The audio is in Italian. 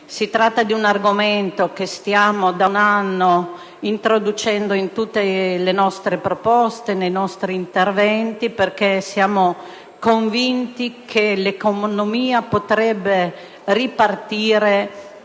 Si tratta di un argomento che da un anno stiamo introducendo in tutte le nostre proposte e nei nostri interventi, perché siamo convinti che l'economia potrebbe ripartire